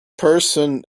person